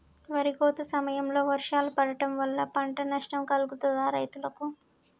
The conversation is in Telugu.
వరి కోత సమయంలో వర్షాలు పడటం వల్ల పంట నష్టం కలుగుతదా రైతులకు?